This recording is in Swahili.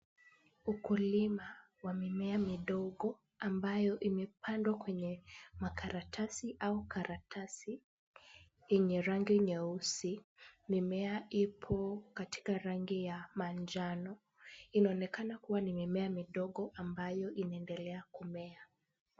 Ukulima wa mimea midogo ambayo imepandwa kwenye makaratasi au karatasi yenye rangi nyeusi. Mimea ipo katika rangi ya manjano. Inaonekana kuwa ni mimea midogo ambayo inaendelea kumea.